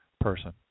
person